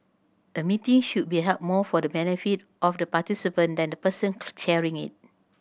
a meeting should be held more for the benefit of the participant than the person chairing it